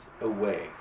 away